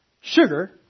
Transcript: sugar